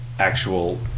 actual